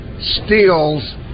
steals